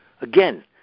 Again